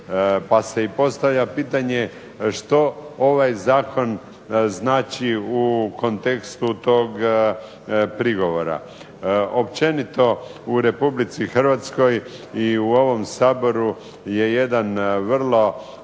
Pa se i postavlja pitanje što ovaj zakon znači u kontekstu tog prigovora. Općenito u RH i u ovom Saboru je jedan vrlo